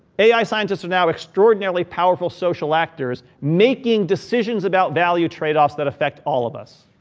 ai scientists are now extraordinarily powerful social actors making decisions about value trade offs that affect all of us.